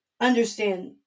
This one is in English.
understand